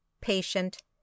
patient